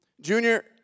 Junior